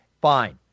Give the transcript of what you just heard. fine